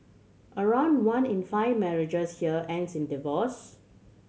around one in five marriages here ends in divorce